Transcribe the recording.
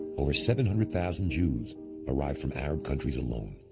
over seven hundred thousand jews arrived from arab countries alone.